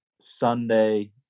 Sunday